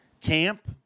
camp